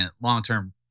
long-term